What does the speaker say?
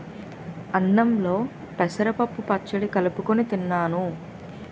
అన్నంలో పెసరపప్పు పచ్చడి కలుపుకొని తిన్నాను